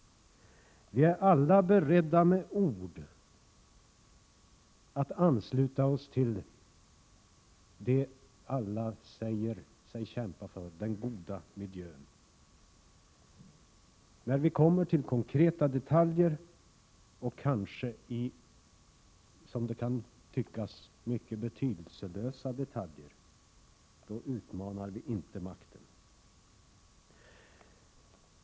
Vi är alla beredda att med ord ansluta oss till det som alla säger sig kämpa för, nämligen den goda miljön. När det kommer till konkreta detaljer och kanske, som det kan tyckas, mycket betydelselösa detaljer utmanar vi inte makten.